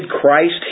Christ